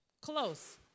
Close